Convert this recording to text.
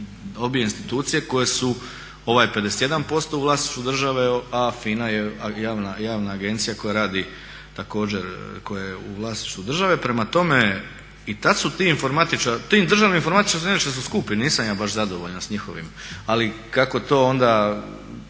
obje institucije koje su, ovaj 51% u vlasništvu države a FINA je javna Agencija koja radi također, koja je u vlasništvu države. Prema tome i tada su ti informatičari, ti državni informatičari nešto su skupi, nisam ja baš zadovoljan sa njihovim, ali kako to onda